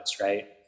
right